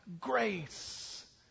grace